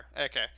okay